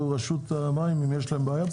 רשות המים, אתה יודע אם יש להם בעיה פה?